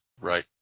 Right